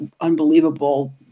unbelievable